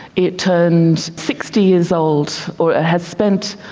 it turned sixty years old, or it has spent,